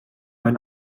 ein